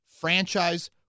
franchise